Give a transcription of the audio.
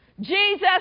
Jesus